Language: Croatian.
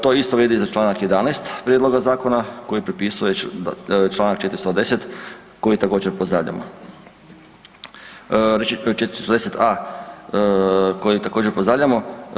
To isto vrijedi za čl. 11. prijedloga zakona koji prepisuje čl. 410., koji također pozdravljamo, znači 410.a. koji također pozdravljamo.